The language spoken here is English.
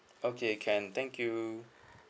okay can thank you